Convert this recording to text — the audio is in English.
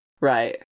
Right